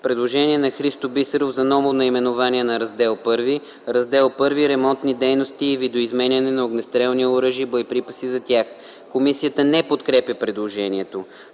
Предложение на Христо Бисеров за ново наименование на Раздел І: „Ремонтни дейности и видоизменяне на огнестрелни оръжия и боеприпаси за тях.” Комисията не подкрепя предложението.